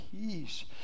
peace